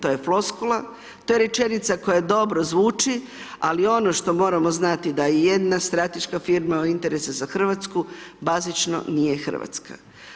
To je floskula, to je rečenica koja dobro zvuči, ali ono što moramo znati, da je jedna strateška firma u interese za Hrvatsku, bazično nije Hrvatska.